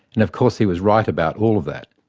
and of course he was right about all of that,